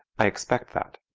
i expect that.